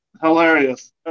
Hilarious